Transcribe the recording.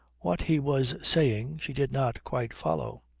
what he was saying she did not quite follow.